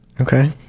Okay